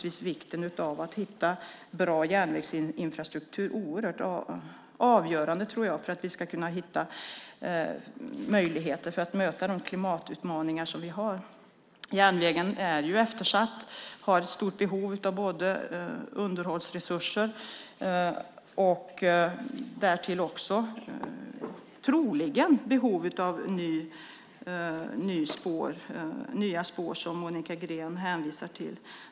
Vikten av att hitta bra järnvägsinfrastruktur är oerhört avgörande för att vi ska kunna hitta möjligheter att möta klimatutmaningarna. Järnvägen är eftersatt och har ett stort behov av underhållsresurser och därtill, troligen, behov av nya spår, som Monica Green säger.